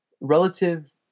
relative